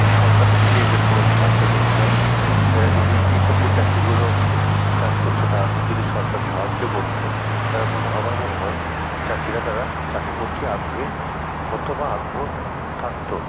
সরকার থেকে এদের কোনো সাহায্য করছে না এরা যদি এই সব যে চাষিগুলো চাষ করছে তাদের যদি সরকার সাহায্য করত তারা মনে আমার মনে হয় চাষিরা তারা চাষের প্রতি আগ্রহী হতো বা আগ্রহ থাকত